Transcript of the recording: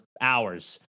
hours